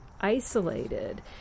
isolated